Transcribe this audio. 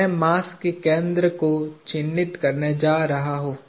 मैं मास के केंद्र को चिह्नित करने जा रहा हूं